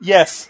Yes